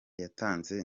yatanze